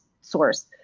source